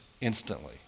instantly